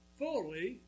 fully